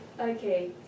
Okay